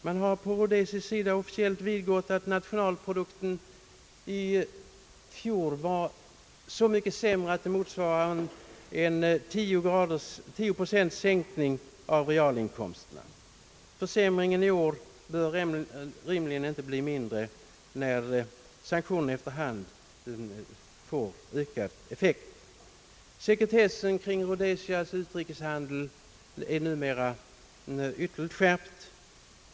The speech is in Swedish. Man har på rhodesisk sida officiellt vidgått att nationalprodukten i fjol försämrades motsvarande en 10-procentig sänkning av realininkomsterna. Försämringen i år bör rimligen inte bli mindre när sanktionerna efter hand får ökad effekt. Sekretessen kring Rhodesias utrikeshandel är numera ytterligt skärpt.